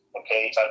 okay